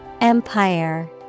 Empire